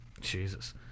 Jesus